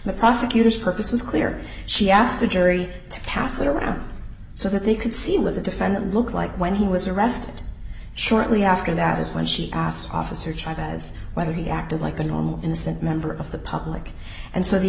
the prosecutor's purpose was clear she asked the jury to pass it around so that they could see him with the defendant look like when he was arrested shortly after that is when she asked officer child as whether he acted like a normal innocent member of the public and so the